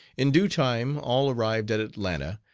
in due time all arrived at atlanta,